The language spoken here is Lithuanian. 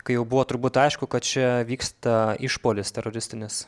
kai jau buvo turbūt aišku kad čia vyksta išpuolis teroristinis